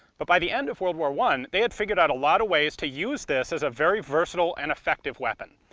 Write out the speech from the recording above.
but by the end of world war one they had figured out a lot of ways to use this as a very versatile and effective weapon.